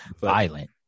Violent